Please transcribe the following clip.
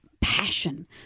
passion